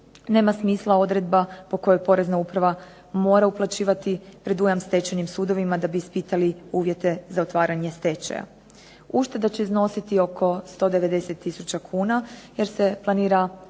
nema smisla odredba po kojoj porezna uprava mora uplaćivati predujam stečajnim sudovima da bi ispitali uvjete za otvaranje stečaja. Ušteda će iznositi oko 190 tisuća kuna jer se planira gašenje